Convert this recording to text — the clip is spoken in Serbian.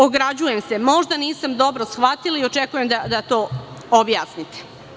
Ograđujem se, možda nisam dobro shvatila i očekujem da to objasnite.